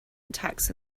attacks